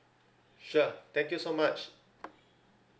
sure thank you so much